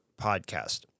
podcast